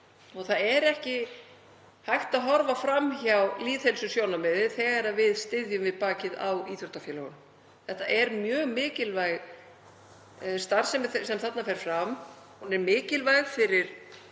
og það er ekki hægt að horfa fram hjá lýðheilsusjónarmiðum þegar við styðjum við bakið á íþróttafélögum. Þetta er mjög mikilvæg starfsemi sem þarna fer fram. Hún er mikilvæg fyrir